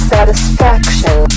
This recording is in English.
Satisfaction